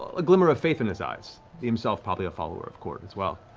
a glimmer of faith in his eyes. he himself probably a follower of kord as well.